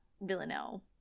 Villanelle